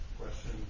question